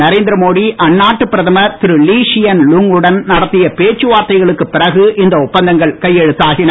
நரேந்திரமோடி அந்நாட்டு பிரதமர் திருலீ ஷியன் லூங் உடன் நடத்திய பேச்சுவார்த்தைகளுக்கு பிறகு இந்த ஒப்பந்தங்கள் கையெழுத்தாகின